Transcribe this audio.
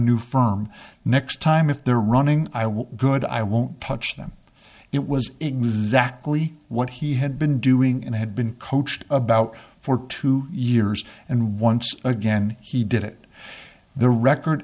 new firm next time if they're running i was good i won't touch them it was exactly what he had been doing and had been coached about for two years and once again he did it the record